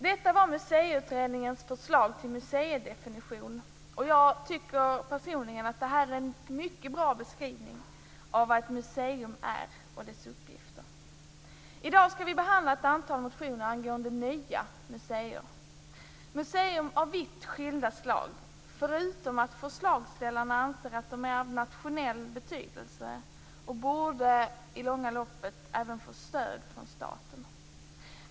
Detta var Museiutredningens förslag till museidefinition. Jag tycker personligen att det är en mycket bra beskrivning av vad ett museum är och av dess uppgifter. I dag skall vi behandla ett antal motioner angående nya museer, museer av vitt skilda slag. Förslagsställarna anser att de är av nationell betydelse och i det långa loppet även borde få stöd från staten.